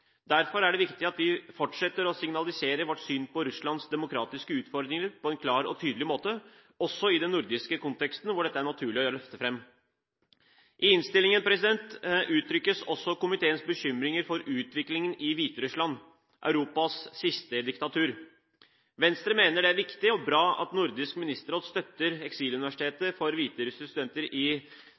Derfor er det viktig at vi fortsetter å signalisere vårt syn på Russlands demokratiske utfordringer på en klar og tydelig måte, også i den nordiske konteksten hvor dette er naturlig å løfte fram. I innstillingen uttrykkes også komiteens bekymringer for utviklingen i Hviterussland – Europas siste diktatur. Venstre mener det er viktig og bra at Nordisk Ministerråd støtter eksiluniversitetet for hviterussiske studenter i